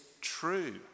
true